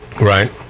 Right